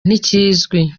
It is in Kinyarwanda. ntikizwi